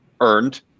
earned